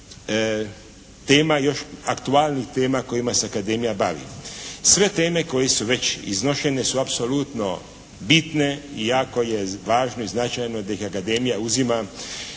Sve teme koje su već iznošene su apsolutno bitne i jako je važno i značajno da ih Akademija uzima